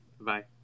Bye